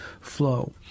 flow